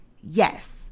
Yes